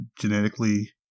genetically